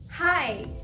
Hi